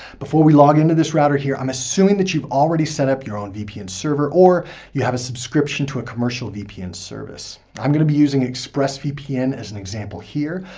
before we log into this router here, i'm assuming that you've already set up your own vpn server, or you have a subscription to a commercial vpn service. i'm going to be using expressvpn as an example here,